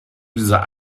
dieser